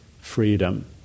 freedom